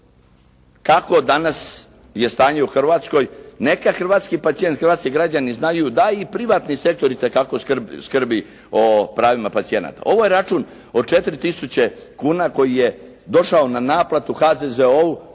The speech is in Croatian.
kakvo danas je stanje u Hrvatskoj. Neka hrvatski pacijent, hrvatski građani znaju da i privatni sektor itekako skrbi o pravima pacijenata. Ovo je račun od 4000 kuna koji je došao na naplatu HZZO-u